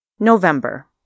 November